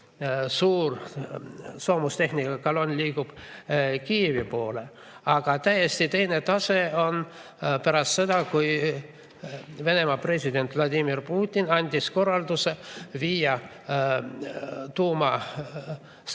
suur soomustehnika kolonn liigub Kiievi poole. Aga täiesti teine tase on pärast seda, kui Venemaa president Vladimir Putin andis korralduse viia